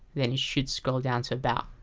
then it should scroll down to about,